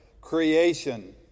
creation